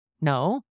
No